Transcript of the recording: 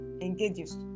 engages